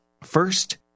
First